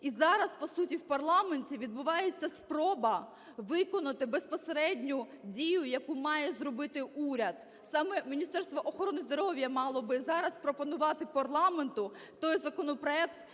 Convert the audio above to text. І зараз, по суті, в парламенті відбувається спроба виконати безпосередню дію, яку має зробити уряд. Саме Міністерство охорони здоров'я мало би зараз пропонувати парламенту той законопроект,